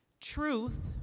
truth